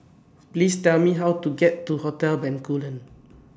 Please Tell Me How to get to Hotel Bencoolen